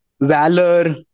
valor